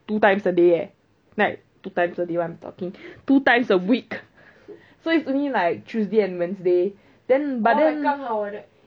two times a day leh like two times a day what I'm talking two times a week so it's only like tuesday and wednesday then but then